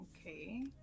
Okay